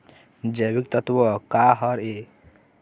जैविकतत्व का हर ए?